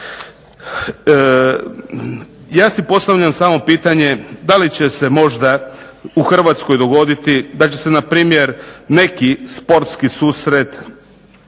Ja si postavljam samo pitanje, da li će se u Hrvatskoj možda dogoditi da će se npr. neki sportski susret